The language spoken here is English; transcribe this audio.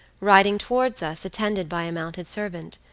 riding towards us, attended by a mounted servant.